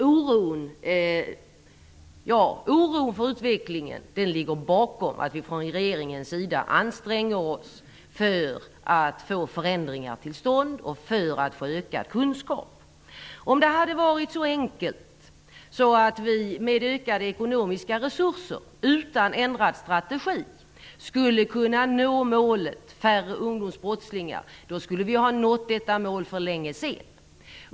Oron för utvecklingen ligger bakom att regeringen anstränger sig för att få förändringar till stånd och för att få ökad kunskap. Om det var så enkelt att vi med ökade ekonomiska resurser, utan ändrad strategi, skulle kunna få färre ungdomsbrottslingar skulle vi ha nått det målet för länge sedan.